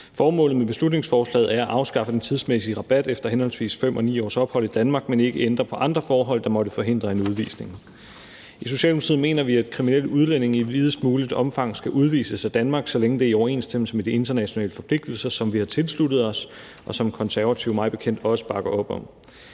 Formålet med beslutningsforslaget er at afskaffe den tidsmæssige rabat efter henholdsvis 5 og 9 års ophold i Danmark, men ikke ændre på andre forhold, der måtte forhindre en udvisning. I Socialdemokratiet mener vi, at kriminelle udlændinge i videst muligt omfang skal udvises af Danmark, så længe det er i overensstemmelse med de internationale forpligtelser, som vi har tilsluttet os, og som Konservative mig bekendt også bakker op om.